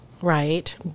right